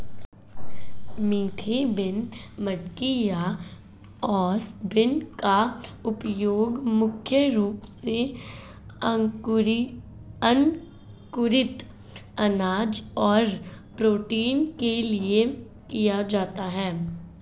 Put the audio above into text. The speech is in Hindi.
मोठ बीन, मटकी या ओस बीन का उपयोग मुख्य रूप से अंकुरित अनाज और प्रोटीन के लिए किया जाता है